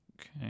Okay